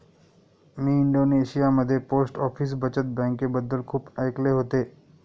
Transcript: मी इंडोनेशियामध्ये post office बचत बँकेबद्दल खूप ऐकले होते